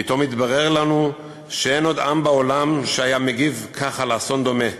פתאום התברר לנו שאין עוד עם בעולם שהיה מגיב כך לאסון דומה,